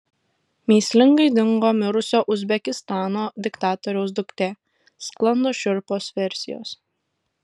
mįslingai dingo mirusio uzbekistano diktatoriaus duktė sklando šiurpios versijos